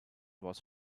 was